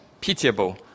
pitiable